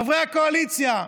חברי הקואליציה,